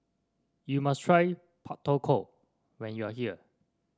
you must try Pak Thong Ko when you are here